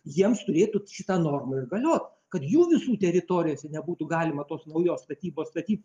jiems turėtų šita norma ir galiot kad jų visų teritorijose nebūtų galima tos naujos statybos statyt